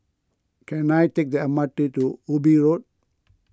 can I take the M R T to Ubi Road